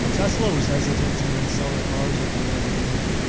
tesla was hesitant to even sell their cars at the very beginning